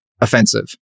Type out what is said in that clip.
offensive